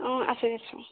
ও আছোঁ আছোঁ